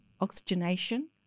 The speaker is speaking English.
oxygenation